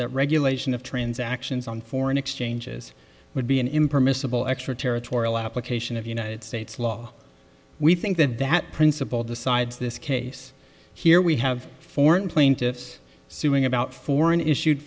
that regulation of transactions on foreign exchanges would be an impermissible extraterritorial application of united states law we think that that principle decides this case here we have foreign plaintiffs suing about foreign issued